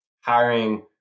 hiring